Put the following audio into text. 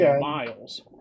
miles